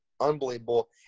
unbelievable